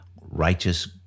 righteous